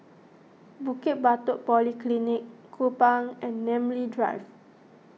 Bukit Batok Polyclinic Kupang and Namly Drive